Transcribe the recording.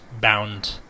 bound